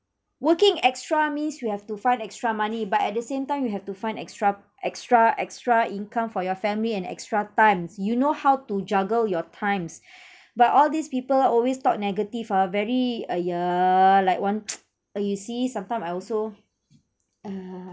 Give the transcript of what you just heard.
working extra means you have to find extra money but at the same time you have to find extra extra extra income for your family and extra times you know how to juggle your times but all these people always talk negative ah very !aiya! like want uh you see sometime I also uh